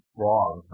wrong